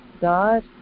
God